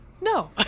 No